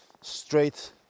straight